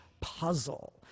puzzle